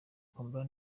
kwambara